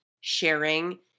sharing